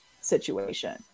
situation